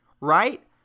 Right